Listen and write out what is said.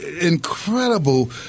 incredible